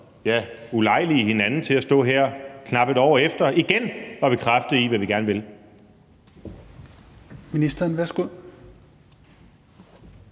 at ulejlige hinanden med at stå her knap et år efter og igen bekræfte hinanden i, hvad vi gerne vil?